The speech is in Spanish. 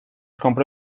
compró